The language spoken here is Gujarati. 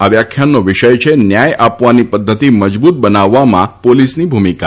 આ વ્યાખ્યાનનો વિષય છે ન્યાય આપવાની પધ્ધતિ મજબૂત બનાવવામાં પોલીસની ભૂમિકા